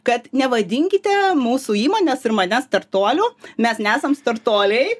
kad nevadinkite mūsų įmonės ir manęs startuoliu mes nesam startuoliai